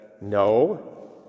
no